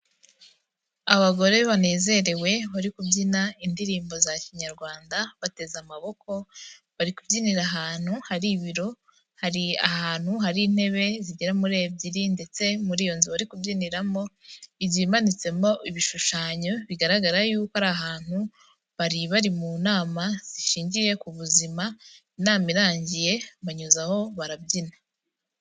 Abagore banezerewe bari kubyina indirimbo za kinyarwanda bateze amaboko, bari kubyinira ahantu hari ibiro, hari ahantu hari intebe zigera muri ebyiri ndetse muri iyo nzu bari kubyiniramo igiye imanitsemo ibishushanyo bigaragara yuko ari ahantu bari bari mu nama zishingiye ku buzima, inama irangiye banyuzaho barabyina.